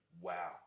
Wow